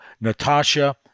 Natasha